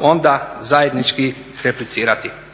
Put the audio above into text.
onda zajednički replicirati.